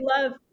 love